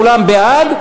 כולם בעד,